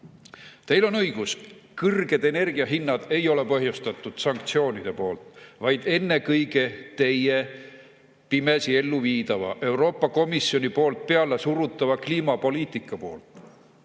Teil on õigus, kõrged energiahinnad ei ole põhjustatud sanktsioonidest, vaid ennekõike teie pimesi elluviidavast Euroopa Komisjoni poolt pealesurutavast kliimapoliitikast.